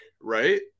right